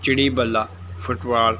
ਚਿੜੀ ਬੱਲਾ ਫੁੱਟਬਾਲ